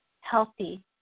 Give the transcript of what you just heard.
healthy